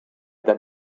that